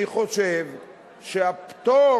אני חושב שהפטור